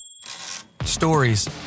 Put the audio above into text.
Stories